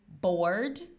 bored